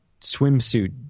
swimsuit